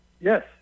Yes